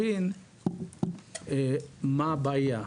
להבין מה הבעיה.